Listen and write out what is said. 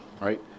right